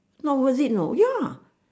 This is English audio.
not worth it you know ya